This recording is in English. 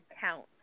count